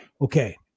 okay